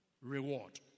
reward